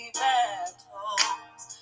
battles